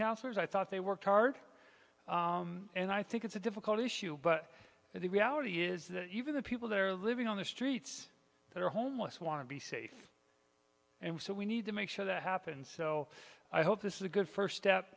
counselors i thought they worked hard and i think it's a difficult issue but the reality is that even the people that are living on the streets that are homeless want to be safe and so we need to make sure that happens so i hope this is a good first step